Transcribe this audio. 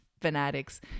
fanatics